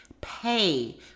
pay